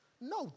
No